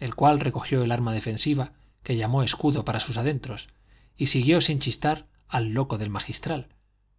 el cual recogió el arma defensiva que llamó escudo para sus adentros y siguió sin chistar al loco del magistral